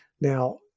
Now